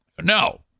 No